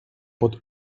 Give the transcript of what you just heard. pod